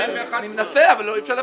אני מנסה, אבל אי אפשר להפריע.